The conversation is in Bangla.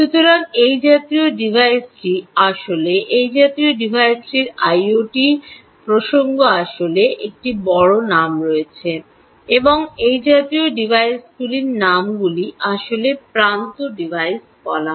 সুতরাং এই জাতীয় ডিভাইসটি আসলে এই জাতীয় ডিভাইসটির আইওটি প্রসঙ্গে আসলে একটি বড় নাম রয়েছে এবং এই জাতীয় ডিভাইসগুলির নামগুলি আসলে প্রান্ত ডিভাইস বলা হয়